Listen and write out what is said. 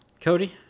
Cody